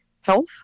health